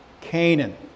Canaan